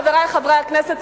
חברי חברי הכנסת,